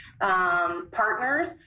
partners